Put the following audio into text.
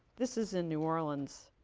this is in new orleans